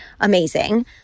amazing